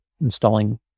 installing